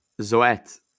Zoet